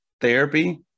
therapy